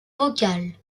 vocale